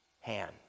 hand